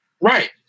Right